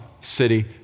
city